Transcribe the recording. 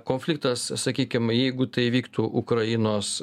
konfliktas sakykim jeigu tai įvyktų ukrainos